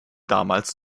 damals